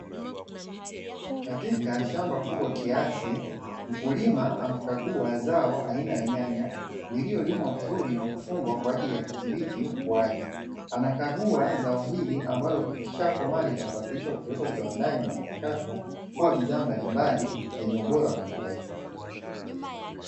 Katika shamba kubwa kiasi mkulima anakagua zao aina ya nyanya lililolimwa vizuri na kufungwa kwaajili ya kudhibiti ukuaji, anakagua zao hili ambalo likisha komaa linasafirishwa na kupelekwa kiwandani na kuchakatwa kuwa bidhaa mbalimbali zenye ubora wa kimataifa.